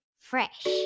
fresh